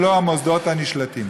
ולא המוסדות הנשלטים.